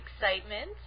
excitement